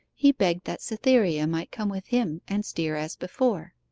he begged that cytherea might come with him and steer as before.